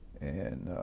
and